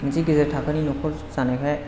मोनसे गेजेर थाखोनि न'खर जानायखाय